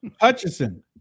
Hutchison